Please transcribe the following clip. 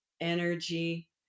energy